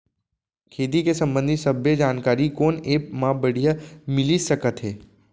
खेती के संबंधित सब्बे जानकारी कोन एप मा बढ़िया मिलिस सकत हे?